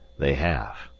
they have.